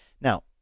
Now